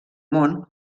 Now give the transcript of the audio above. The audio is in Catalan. món